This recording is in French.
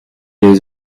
les